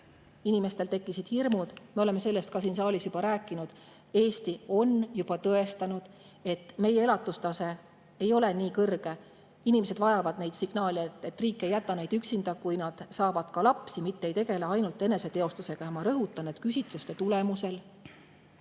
inimestel tekkisid hirmud. Me oleme sellest ka siin saalis juba rääkinud. Eesti on juba tõestanud, et meie elatustase ei ole nii kõrge. Inimesed vajavad neid signaale, et riik ei jäta neid üksinda, kui nad saavad ka lapsi, mitte ei tegele ainult eneseteostusega. Ma rõhutan, et küsitluste järgi